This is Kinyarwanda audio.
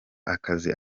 akazi